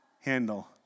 handle